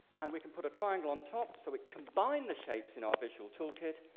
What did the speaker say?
and we can put a triangle on top, so we combine the shapes in our visual tool kit.